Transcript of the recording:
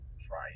try